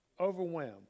overwhelmed